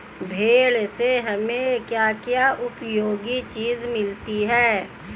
भेड़ से हमें क्या क्या उपयोगी चीजें मिलती हैं?